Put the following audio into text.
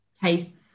taste